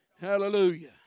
Hallelujah